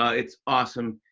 it's awesome.